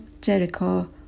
Jericho